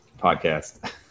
podcast